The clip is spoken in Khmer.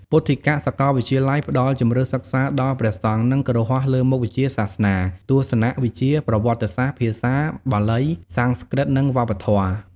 ពុទ្ធិកសាកលវិទ្យាល័យផ្តល់ជម្រើសសិក្សាដល់ព្រះសង្ឃ និងគ្រហស្ថលើមុខវិជ្ជាសាសនា ទស្សនវិជ្ជា ប្រវត្តិសាស្ត្រ ភាសា បាលី សំស្ក្រឹត និងវប្បធម៌។